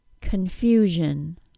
Confusion